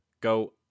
Go